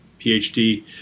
PhD